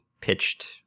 pitched